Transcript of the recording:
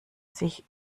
sich